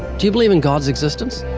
do you believe in god's existence?